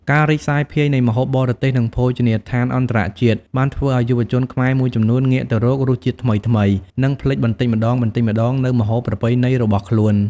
ការរីកសាយភាយនៃម្ហូបបរទេស និងភោជនីយដ្ឋានអន្តរជាតិបានធ្វើឱ្យយុវជនខ្មែរមួយចំនួនងាកទៅរករសជាតិថ្មីៗ និងភ្លេចបន្តិចម្ដងៗនូវម្ហូបប្រពៃណីរបស់ខ្លួន។